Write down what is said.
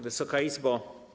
Wysoka Izbo!